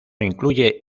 incluye